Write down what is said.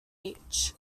each